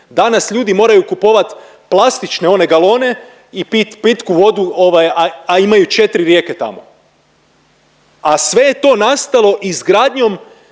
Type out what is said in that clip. danas ljudi moraju kupovat plastične one galone i pit pitku vodu, a imaju četri rijeke tamo. A sve je to nastalo izgradnjom